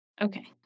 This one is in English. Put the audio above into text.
Okay